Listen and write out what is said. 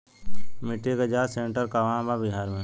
मिटी के जाच सेन्टर कहवा बा बिहार में?